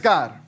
God